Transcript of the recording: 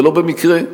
ולא במקרה,